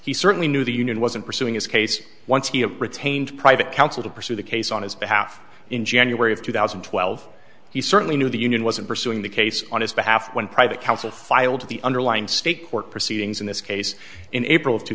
he certainly knew the union wasn't pursuing his case once he retained private counsel to pursue the case on his behalf in january of two thousand and twelve he certainly knew the union wasn't pursuing the case on his behalf when private counsel filed the underlying state court proceedings in this case in april